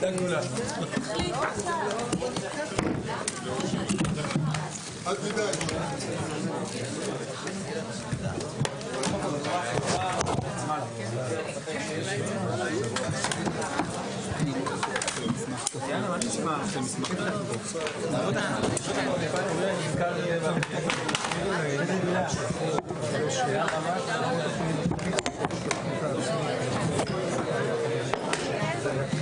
11:00.